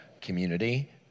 community